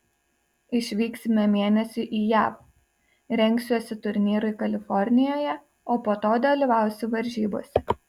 išvyksime mėnesiui į jav rengsiuosi turnyrui kalifornijoje o po to dalyvausiu varžybose